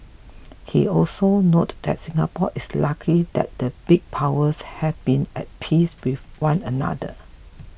he also noted that Singapore is lucky that the big powers have been at peace with one another